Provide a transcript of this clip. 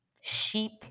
sheep